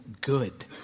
Good